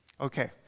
Okay